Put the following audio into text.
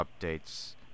updates